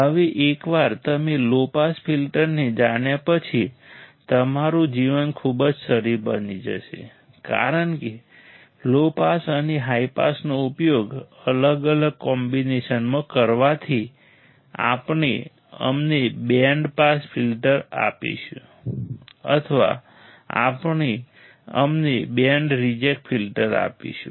હવે એકવાર તમે લો પાસ ફિલ્ટરને જાણ્યા પછી તમારું જીવન ખૂબ જ સરળ બની જશે કારણ કે લો પાસ અને હાઇ પાસનો ઉપયોગ અલગ અલગ કોમ્બિનેશનમાં કરવાથી આપણે અમને બેન્ડ પાસ ફિલ્ટર આપીશું અથવા આપણે અમને બેન્ડ રિજેક્ટ ફિલ્ટર આપીશું